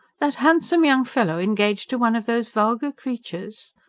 that handsome young fellow engaged to one of those vulgar creatures?